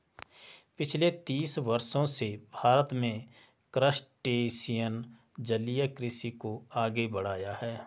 पिछले तीस वर्षों से भारत में क्रस्टेशियन जलीय कृषि को आगे बढ़ाया है